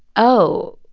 oh,